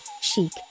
chic